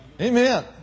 Amen